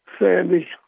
Sandy